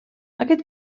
aquest